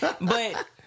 But-